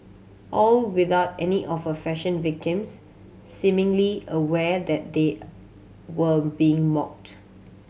all without any of her fashion victim seemingly aware that they were being mocked